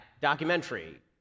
documentary